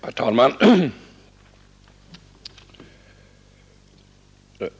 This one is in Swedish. Herr talman!